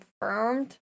confirmed